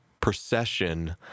procession